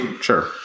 sure